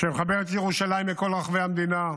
שמחברת את ירושלים לכל רחבי המדינה,